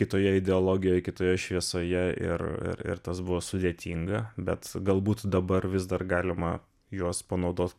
kitoje ideologijoje kitoje šviesoje ir ir ir tas buvo sudėtinga bet galbūt dabar vis dar galima juos panaudot